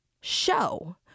show